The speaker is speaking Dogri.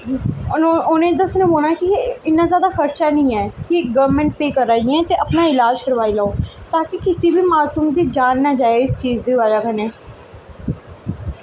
उ'नें ई दस्सना पौना ऐ कि इन्ना जादा खर्चा निं ऐ कि गौरमैंट पे करा दी ऐ ते अपना इलाज करवाई लौओ ताकि कुसै मासूम दी जान ना जाए इस चीज दी ब'जा कन्नै